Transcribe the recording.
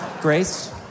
grace